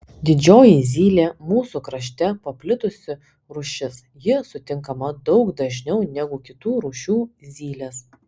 didžioji zylė mūsų krašte paplitusi rūšis ji sutinkama daug dažniau negu kitų rūšių zylės